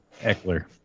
Eckler